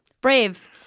Brave